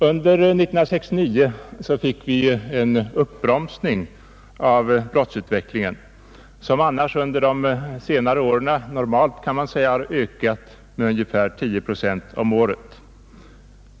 Under 1969 fick vi en uppbromsning av brottsutvecklingen, som annars under de senare åren normalt har ökat med ungefär tio procent per år.